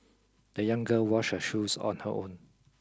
the young girl washed her shoes on her own